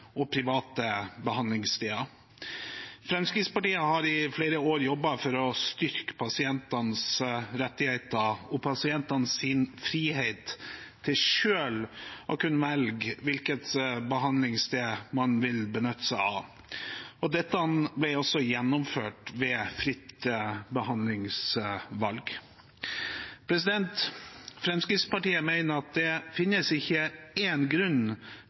å styrke pasientenes rettigheter og pasientenes frihet til selv å kunne velge hvilket behandlingssted man ville benytte seg av. Dette ble også gjennomført ved fritt behandlingsvalg. Fremskrittspartiet mener at det ikke finnes én grunn